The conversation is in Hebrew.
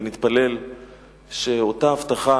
ונתפלל שאותה הבטחה,